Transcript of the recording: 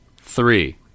Three